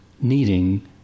needing